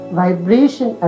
vibration